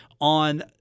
on